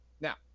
Now